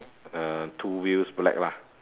err two wheels black lah